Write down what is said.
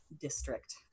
district